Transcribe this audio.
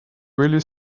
really